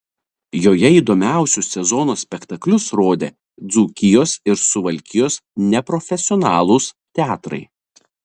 joje įdomiausius sezono spektaklius rodė dzūkijos ir suvalkijos neprofesionalūs teatrai